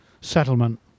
settlement